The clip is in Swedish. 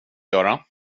göra